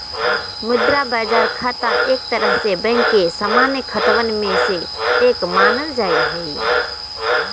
मुद्रा बाजार खाता एक तरह से बैंक के सामान्य खतवन में से एक मानल जाहई